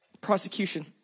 prosecution